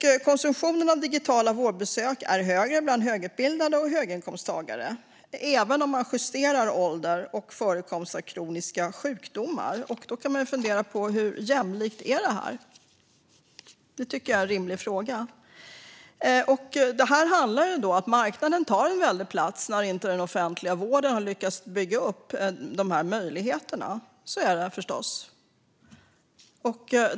Konsumtionen av digitala vårdbesök är högre bland högutbildade och höginkomsttagare, även om man justerar för ålder och förekomst av kroniska sjukdomar. Då kan man fundera över hur jämlikt det här är. Det är en rimlig fråga. Här handlar det om att marknaden tar en väldig plats när den offentliga vården inte har lyckats bygga upp dessa möjligheter. Så är det förstås.